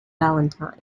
valentine